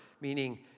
meaning